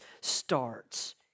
starts